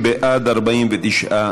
איציק שמולי,